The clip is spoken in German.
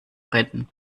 retten